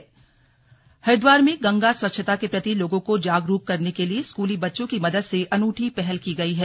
slug wall painting Haridwar में गंगा स्वच्छता के प्रति लोगों को जागरूक करने के लिए स्कूली बच्चों की मदद से अनूठी पहल की गई है